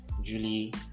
julie